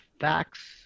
facts